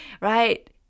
right